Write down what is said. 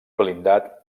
blindat